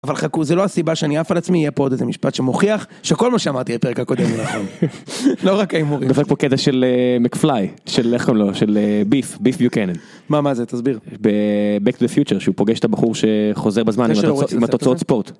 אבל חכו זה לא הסיבה שאני עף על עצמי, יהיה פה עוד איזה משפט שמוכיח שכל מה שאמרתי הפרק הקודם לא נכון. לא רק ההימורים. דופק פה קטע של McFly של איך קוראים לו? של ביף, ביף ביוקנן. מה, מה זה? תסביר? ב Back to the Future שהוא פוגש את הבחור שחוזר בזמן עם התוצאות ספורט.